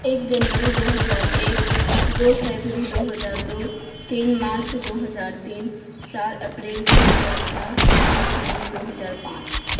ایک جنوری دو ہزار ایک دو فروری دو ہزار دو تین مارچ دو ہزار تین چار اپریل دو ہزار چار پانچ مئی دو ہزار پانچ